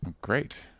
Great